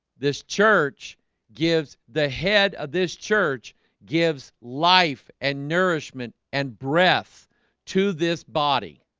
this church gives the head of this church gives life and nourishment and breath to this body